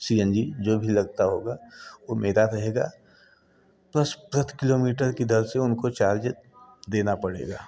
सी N G जो भी लगता होगा वो मेरा रहेगा बस प्रति किलोमीटर कि दर से उनको चार्ज देना पड़ेगा